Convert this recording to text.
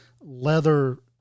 leather